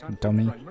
Dummy